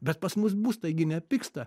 bet pas mus būstai gi nepigsta